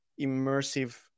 immersive